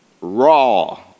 raw